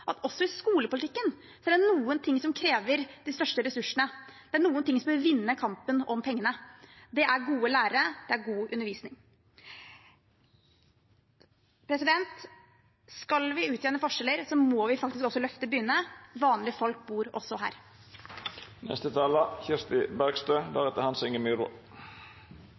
at også i skolepolitikken er det noen ting som krever de største ressursene; det er noen ting som bør vinne kampen om pengene. Det er gode lærere, og det er god undervisning. Skal vi utjevne forskjeller, må vi faktisk også løfte byene. Vanlige folk bor også